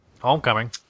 Homecoming